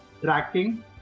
tracking